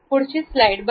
पुढची स्लाईड बघा